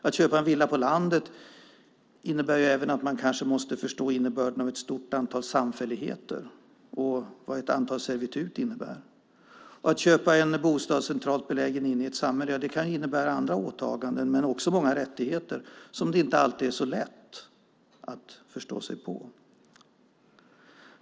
Att köpa en villa på landet innebär även att man kanske måste förstå innebörden av ett stort antal samfälligheter och vad ett antal servitut innebär. Att köpa en bostad centralt belägen inne i ett samhälle kan innebära andra åtaganden men också många rättigheter som det inte alltid är så lätt att förstå sig på.